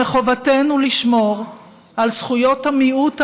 מחובתנו לשמור על זכויות המיעוט הערבי,